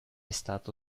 stato